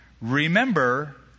remember